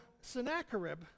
Sennacherib